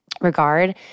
regard